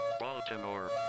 Baltimore